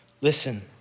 listen